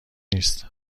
نیست